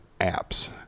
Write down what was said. apps